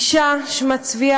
האישה, שמה צביה